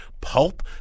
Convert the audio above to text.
Pulp